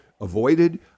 avoided